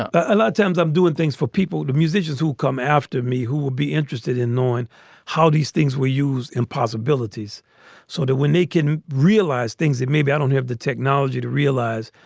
ah a lot of times i'm doing things for people, the musicians who come after me, who will be interested in knowing how these things were used, impossibilities so that when they can realize things that maybe i don't have the technology to realize,